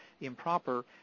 improper